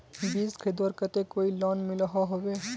बीज खरीदवार केते कोई लोन मिलोहो होबे?